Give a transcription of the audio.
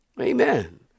Amen